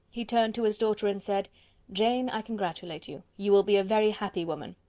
he turned to his daughter, and said jane, i congratulate you. you will be a very happy woman.